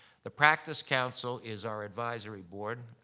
the practice council is our advisory board.